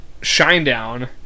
Shinedown